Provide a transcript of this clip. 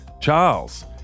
Charles